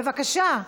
בבקשה.